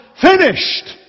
finished